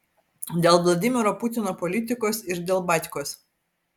dėl vladimiro putino politikos ir dėl batkos